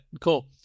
Cool